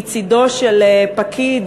מצדו של פקיד,